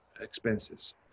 expenses